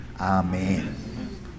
Amen